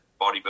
bodybuilding